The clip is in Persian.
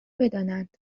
بدانند